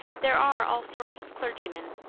there are all sorts of clergymen?